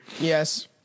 Yes